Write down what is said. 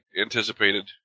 anticipated